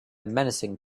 menacing